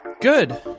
good